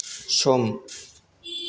सम